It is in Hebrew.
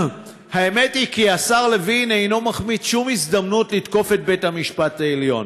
האמת היא שהשר לוין אינו מחמיץ שום הזדמנות לתקוף את בית-המשפט העליון.